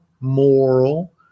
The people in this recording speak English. moral